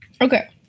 Okay